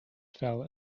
fell